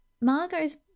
Margot's